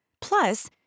Plus